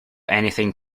anything